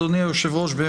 אדוני היושב-ראש,